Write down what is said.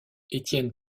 étienne